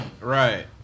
Right